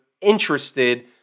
interested